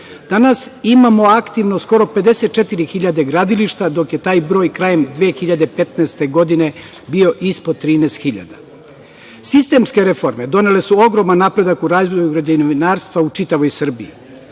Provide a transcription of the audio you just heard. Danas imamo aktivno skoro 54.000 gradilišta, dok je taj broj krajem 2015. godine bio ispod 13.000.Sistemske reforme donele su ogroman napredak u razvoju građevinarstva u čitavoj Srbiji.